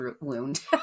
wound